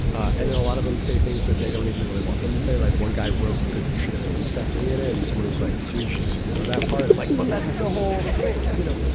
and then a lot of them say things that they don't even really want them to say, like one guy wrote, that you should have means testing it it and someone was like, we should just ignore that part. and like, well, that's the whole you know,